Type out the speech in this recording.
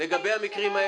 לא הבנתי.